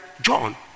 John